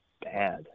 bad